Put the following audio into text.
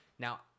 Now